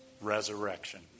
Resurrection